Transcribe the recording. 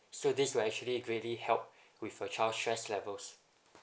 so this will actually really help with your child stress levels